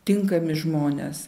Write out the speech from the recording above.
tinkami žmonės